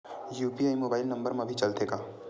UPI mobile number मा भी चलते हे का?